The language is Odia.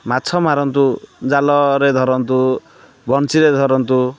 ମାଛ ମାରନ୍ତୁ ଜାଲରେ ଧରନ୍ତୁ ବନଶୀରେ ଧରନ୍ତୁ